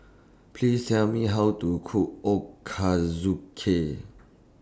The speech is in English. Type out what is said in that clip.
Please Tell Me How to Cook Ochazuke